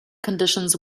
conditions